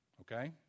okay